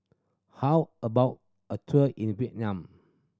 how about a tour in Vietnam